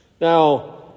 Now